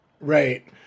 Right